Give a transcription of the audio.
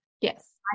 Yes